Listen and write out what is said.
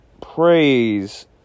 praise